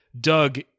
Doug